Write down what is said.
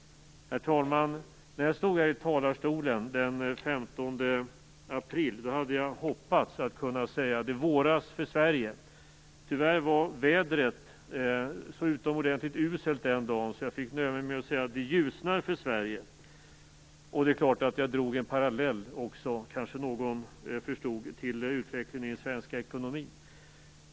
Herr talman! När jag stod här i talarstolen den 15 april hade jag hoppats kunna säga att det våras för Sverige. Tyvärr var vädret utomordentligt uselt den dagen, så jag fick nöja mig med att säga att det ljusnar för Sverige. Jag drog då en parallell till utvecklingen i den svenska ekonomin - vilket någon kanske förstod.